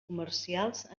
comercials